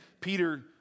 Peter